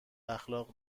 اخلاق